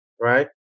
right